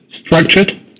structured